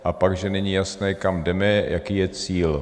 A pak, že není jasné, kam jdeme, jaký je cíl.